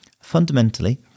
Fundamentally